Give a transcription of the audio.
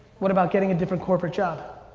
what about getting a different corporate job?